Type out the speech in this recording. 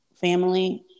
family